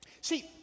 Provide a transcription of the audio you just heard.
see